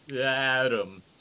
Adam